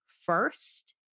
first